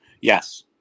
Yes